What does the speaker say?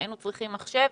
היינו צריכים מחשב,